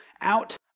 out